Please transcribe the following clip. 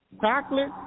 chocolate